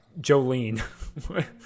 Jolene